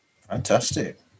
Fantastic